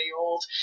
old